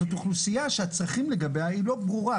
אז זו אוכלוסייה שהצרכים לגביה לא ברורה.